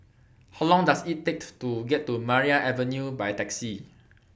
How Long Does IT Take to get to Maria Avenue By Taxi